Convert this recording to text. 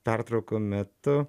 pertraukų metu